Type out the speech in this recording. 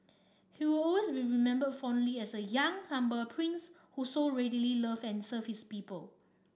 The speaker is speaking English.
he will always be remembered fondly as a young humble prince who so readily loved and served his people